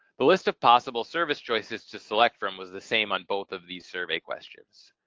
the list of possible service choices to select from was the same on both of these survey questions.